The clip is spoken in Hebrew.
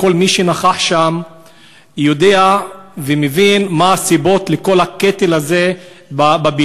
אלא כל מי שנכח שם יודע ומבין מה הסיבות לכל הקטל הזה בבניין.